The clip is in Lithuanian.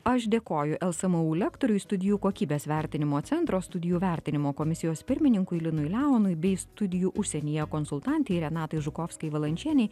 aš dėkoju lsmu lektoriui studijų kokybės vertinimo centro studijų vertinimo komisijos pirmininkui linui leonui bei studijų užsienyje konsultantei renatai žukovskai valančienei